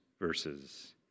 verses